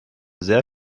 sehr